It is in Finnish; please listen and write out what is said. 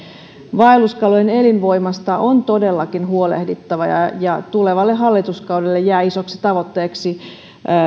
vaelluskalojen elinvoimasta on todellakin huolehdittava ja ja tulevalle hallituskaudelle jää isoksi tavoitteeksi